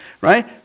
Right